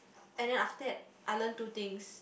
and then after that I learn two things